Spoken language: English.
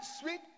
sweet